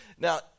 Now